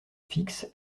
fixe